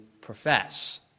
profess